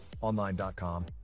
online.com